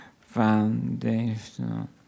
foundational